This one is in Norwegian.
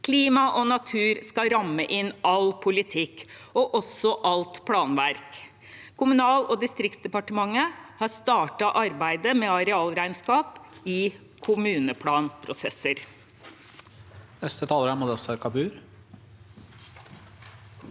Klima og natur skal ramme inn all politikk og også alt planverk. Kommunal- og distriktsdepartementet har startet arbeidet med arealregnskap i kommuneplanprosesser.